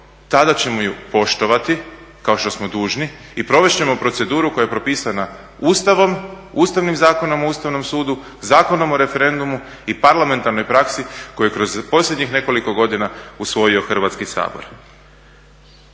tada ćemo ju poštovati kao što smo dužni i provest ćemo proceduru koja je propisana Ustavom, Ustavnim zakonom o Ustavnom sudu, Zakonom o referendumu i parlamentarnoj praksi koju je kroz posljednjih nekoliko godina usvojio Hrvatski sabor.